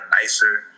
nicer